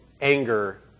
anger